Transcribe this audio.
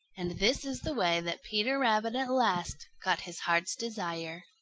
and this is the way that peter rabbit at last got his heart's desire.